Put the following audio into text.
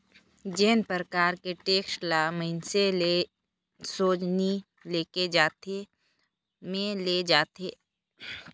जेन परकार के टेक्स ल मइनसे ले सोझ नी लेके जाएत में ले जाथे ए परकार कर टेक्स ल इनडायरेक्ट टेक्स कर नांव ले जानल जाथे